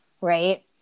right